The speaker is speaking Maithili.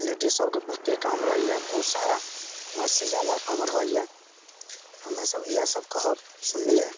लेडिस सबके बहुतेक काम रहैए बहुत सारा मर्द से जादा काम रहैए हमे सब इहए सब कहब सुनलियै